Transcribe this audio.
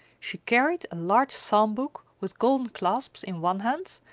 she carried a large psalm book with golden clasps in one hand,